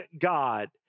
God